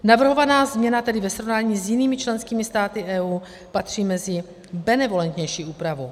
Navrhovaná změna tedy ve srovnání s jinými členskými státy EU patří mezi benevolentnější úpravu.